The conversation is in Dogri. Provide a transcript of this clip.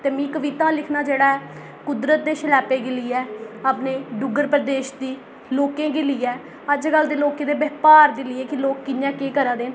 ते मिगी कविता लिखना जेह्ड़ा ऐ कुदरत दे शलैपे गी लेइयै अपने डुग्गर प्रदेश दे लोकें गी लेइयै अजकल दे लोकें दे ब्यहार गी लेइयै केह् लोक कि'यां केह् करै दे न